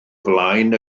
flaen